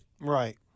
Right